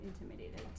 intimidated